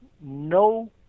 no